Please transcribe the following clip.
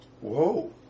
whoa